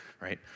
right